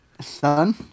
son